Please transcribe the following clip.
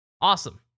Awesome